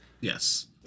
Yes